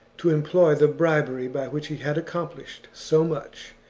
to employ the bribery by which he had accomplished so much,